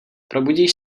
probudíš